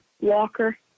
Walker